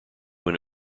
when